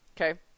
Okay